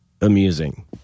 amusing